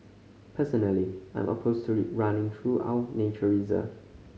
personally I'm opposed to it running through our nature reserve